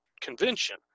convention